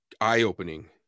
eye-opening